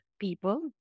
people